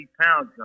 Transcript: pounds